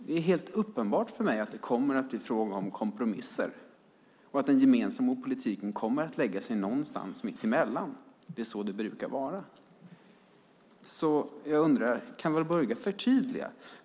Det är helt uppenbart för mig att det kommer att bli fråga om kompromisser och att den gemensamma politiken kommer att lägga sig någonstans mittemellan. Det är så det brukar vara. Jag undrar om Walburga kan förtydliga detta för mig.